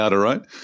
right